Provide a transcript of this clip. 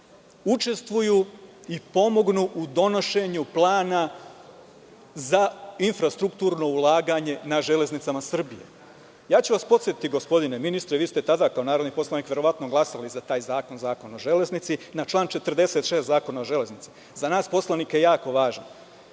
učestvuju i pomognu u donošenju plana za infrastrukturno ulaganje na železnicama Srbije. Podsetiću vas gospodine ministre, vi ste tada kao narodni poslanik verovatno glasali za Zakon o železnici, na član 46. Zakona o železnici. Za nas poslanike jako